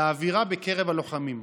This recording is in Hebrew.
על האווירה בקרב הלוחמים.